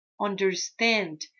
understand